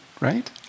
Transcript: right